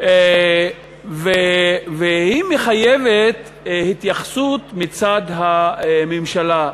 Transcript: והיא מחייבת התייחסות מצד הממשלה,